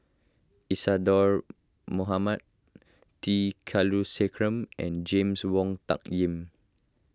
Isadhora Mohamed T Kulasekaram and James Wong Tuck Yim